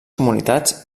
comunitats